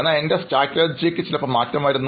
എന്നാൽ എൻറെ തന്ത്രം ചിലപ്പോൾ മാറുന്നു